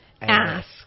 Ask